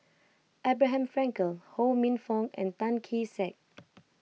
Abraham Frankel Ho Minfong and Tan Kee Sek